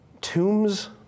tombs